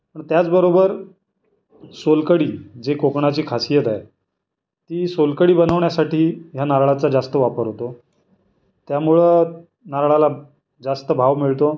त्याचबरोबर सोलकढी जे कोकणाची खासियत आहे ती सोलकढी बनवण्यासाठी ह्या नारळाचा जास्त वापर होतो त्यामुळं नारळाला जास्त भाव मिळतो